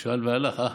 הוא שאל והלך, אה?